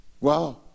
wow